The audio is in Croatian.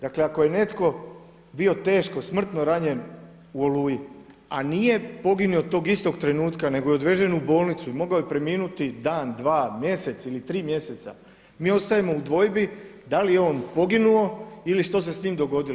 Dakle ako je netko bio teško, smrtno ranjen u Oluji a nije poginuo tog istog trenutka nego je odvezen u bolnicu, mogao je preminuti, dan, dva, mjesec ili tri mjeseca, mi ostajemo u dvojbi da li je on poginuo ili što se s njim dogodilo.